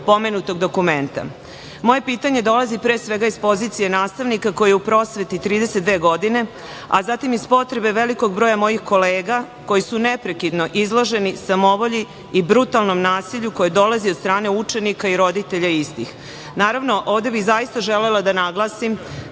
pomenutog dokumenta? Moje pitanje dolazi pre svega, iz pozicije nastavnika koji je u prosveti 32 godine, a zatim iz potrebe velikog broja mojih kolega koji su neprekidno izloženi samovolji i brutalnom nasilju koje dolazi od strane učenika i roditelja istih. Naravno, ovde bih zaista želela da naglasim